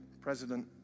President